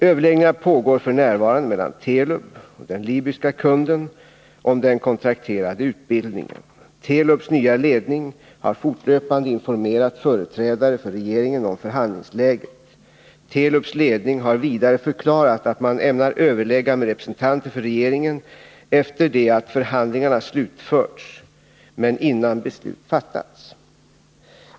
Överläggningar pågår f. n. mellan Telub och den libyske kunden om den kontrakterade utbildningen. Telubs nya ledning har fortlöpande informerat företrädare för regeringen om förhandlingsläget. Telubs ledning har vidare förklarat att man ämnar överlägga med representanter för regeringen efter det att förhandlingarna slutförts men innan beslut fattats.